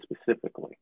specifically